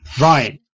Right